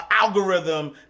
algorithm